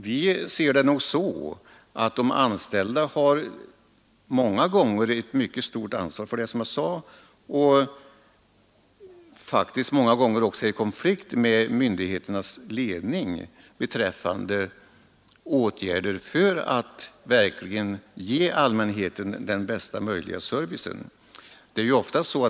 Vi ser det nog så, att de anställda tar på sig ett mycket stort ansvar och faktiskt många gånger är i konflikt med myndigheternas ledning beträffande åtgärder för att verkligen ge allmänheten den bästa möjliga servicen.